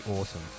awesome